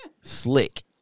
Slick